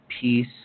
peace